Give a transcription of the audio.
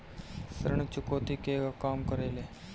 ऋण चुकौती केगा काम करेले?